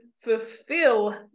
fulfill